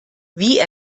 wie